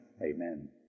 Amen